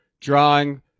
Drawing